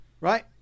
right